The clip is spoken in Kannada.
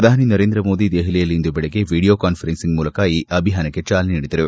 ಪ್ರಧಾನಿ ನರೇಂದ್ರಮೋದಿ ದೆಹಲಿಯಲ್ಲಿ ಇಂದು ಬೆಳಗ್ಗೆ ವಿಡಿಯೋ ಕಾನ್ವರೆನ್ನಿಂಗ್ ಮೂಲಕ ಈ ಅಭಿಯಾನಕ್ಕೆ ಚಾಲನೆ ನೀಡಿದರು